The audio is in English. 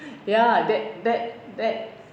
ya that that that